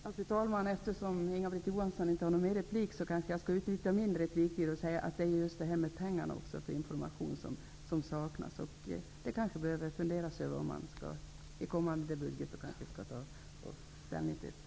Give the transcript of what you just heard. Fru talman! Eftersom Inga-Britt Johansson inte har rätt till ytterligare inlägg, kan jag utnyttja mitt inlägg till att säga att det är pengar till information som saknas. Statsrådet borde kanske fundera över att i kommande budget begära medel för detta ändamål.